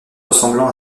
ressemblant